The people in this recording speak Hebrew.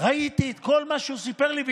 ראיתי את כל מה שהוא סיפר לי והשתגעתי.